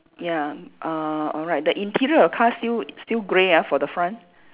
ya err alright the interior of the car still still grey ah for the front